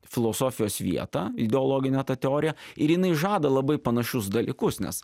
filosofijos vietą ideologinė ta teorija ir jinai žada labai panašius dalykus nes